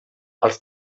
els